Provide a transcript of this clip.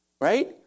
right